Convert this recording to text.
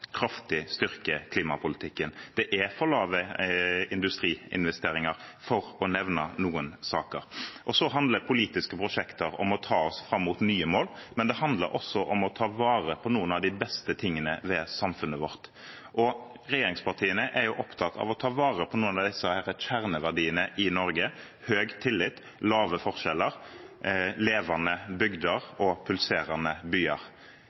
kraftig styrker klimapolitikken. Det er for lave industriinvesteringer, for å nevne noen saker. Så handler politiske prosjekter om å ta oss fram mot nye mål, men det handler også om å ta vare på noen av de beste tingene ved samfunnet vårt. Regjeringspartiene er opptatt av å ta vare på noen av kjerneverdiene i Norge: høy tillit, lave forskjeller, levende bygder og pulserende byer.